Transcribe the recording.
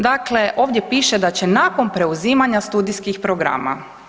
Dakle, ovdje piše da će nakon preuzimanja studijskih programa.